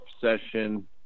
session